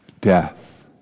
death